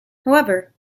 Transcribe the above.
however